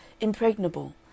impregnable